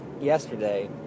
yesterday